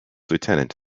lieutenant